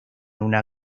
una